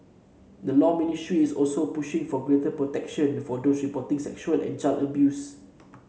the Law Ministry is also pushing for greater protection for those reporting sexual and child abuse